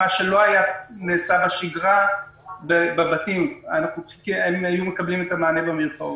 מה שלא נעשה בשגרה בבתים כי הם היו מקבלים את המענה במרפאות.